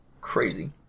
Crazy